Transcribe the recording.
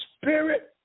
spirit